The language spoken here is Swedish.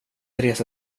resa